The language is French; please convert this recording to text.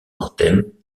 mortem